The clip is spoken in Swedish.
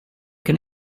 kan